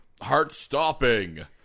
heart-stopping